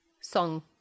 Song